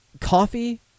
coffee